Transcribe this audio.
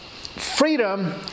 Freedom